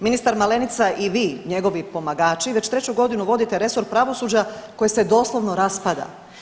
Ministar Malenica i vi, njegovi pomagači već treću godinu vodite resor pravosuđa koji se doslovno raspada.